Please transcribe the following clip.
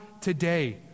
today